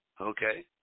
okay